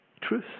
truth